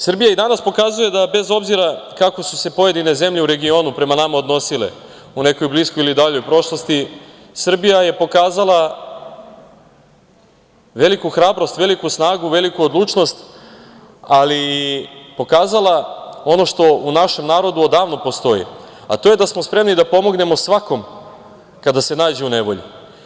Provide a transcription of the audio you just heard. Srbija i danas pokazuje da bez obzira kako su se pojedine zemlje u regionu prema nama odnosile u nekoj bliskoj ili daljoj prošlosti, Srbija je pokazala veliku hrabrost, veliku snagu, veliku odlučnost, ali pokazala ono što u našem narodu odavno postoji, a to je da smo spremni da pomognemo svakom kada se nađe u nevolji.